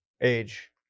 age